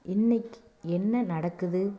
இன்றைக்கு என்ன நடக்குது